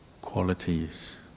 qualities